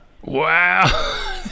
Wow